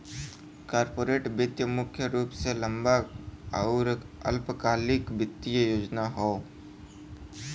corporate वित्त मुख्य रूप से लंबा आउर अल्पकालिक वित्तीय योजना हौ